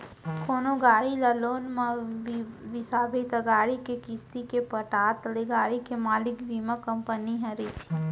कोनो गाड़ी ल लोन म बिसाबे त गाड़ी के किस्ती के पटत ले गाड़ी के मालिक बीमा कंपनी ह रहिथे